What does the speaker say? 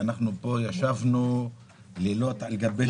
ישבנו פה לילות על גבי לילות.